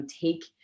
take